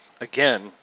again